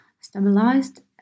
stabilized